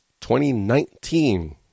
2019